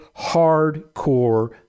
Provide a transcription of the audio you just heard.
hardcore